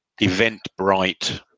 Eventbrite